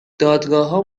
دادگاهها